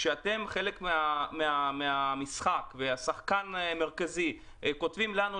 כשאתם חלק מהמשחק ושחקן מרכזי כותבים לנו,